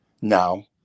now